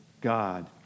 God